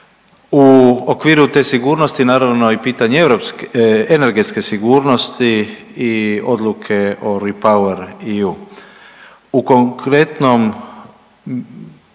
U okviru te sigurnosti, naravno i pitanje europske, energetske sigurnosti i odluke o REPowerEU. U konkretnoj